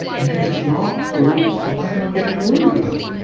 and if it's not true, why am i getting worried about it?